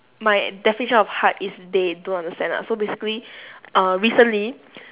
my definition of hard is they don't understand ah so basically uh recently